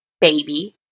baby